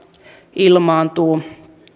ilmaantuu